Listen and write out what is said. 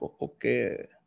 Okay